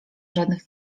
żadnych